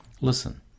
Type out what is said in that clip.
Listen